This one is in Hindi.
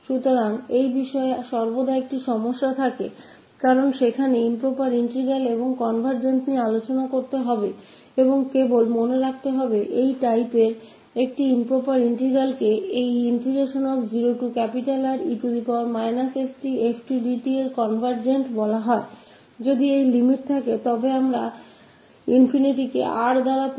तो वहाँ हमेशा इस बारे में एक मुद्दा है इम्प्रॉपर इंटीग्रल और convergence की भी वहां चर्चा करनी होगी और याद कीजिए इस तरह के इंटीग्रलइम्प्रॉपर इंटीग्रल 0Re stfdt को कन्वर्जन कहां जाता है अगर कोई limit होती है तो अगर हम वहाँ बदले ∞ द्वारा 𝑅